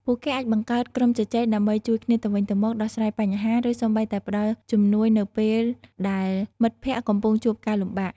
ពួកគេអាចបង្កើត ក្រុមជជែក ដើម្បីជួយគ្នាទៅវិញទៅមក ដោះស្រាយបញ្ហា ឬសូម្បីតែផ្តល់ជំនួយនៅពេលដែលមិត្តភ័ក្តិកំពុងជួបការលំបាក ។